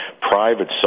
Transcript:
private